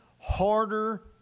harder